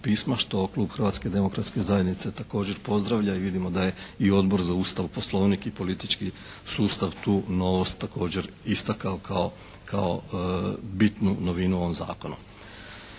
što Klub Hrvatske demokratske zajednice također pozdravlja i vidimo da je i Odbor za Ustav, Poslovnik i politički sustav tu novost također istakao kao bitnu novinu u ovom zakonu.